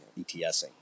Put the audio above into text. ETSing